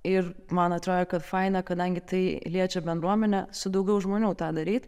ir man atrodė kad faina kadangi tai liečia bendruomenę su daugiau žmonių tą daryt